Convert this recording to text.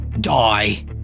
Die